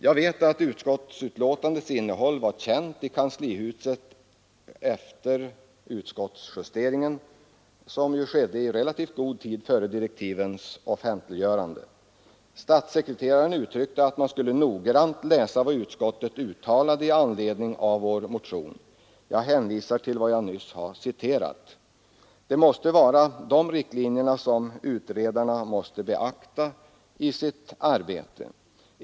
Jag vet att betänkandets innehåll var känt i kanslihuset efter utskottsjusteringen, som skedde i relativt god tid före direktivens offentliggörande. Statssekreteraren uttalade att man noggrant skulle läsa vad utskottet uttalade i anledning av vår motion. Jag hänvisar till vad jag nyss citerat. Det måste vara riktlinjerna som utredarna skall beakta i sitt arbete.